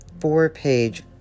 four-page